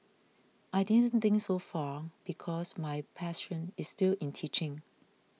I didn't think so far because my passion is still in teaching